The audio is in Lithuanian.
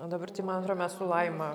o dabar tai man atro mes su laima